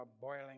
boiling